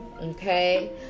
okay